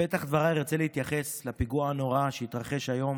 בפתח דבריי אני רוצה להתייחס לפיגוע הנורא שהתרחש היום